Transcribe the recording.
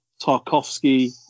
Tarkovsky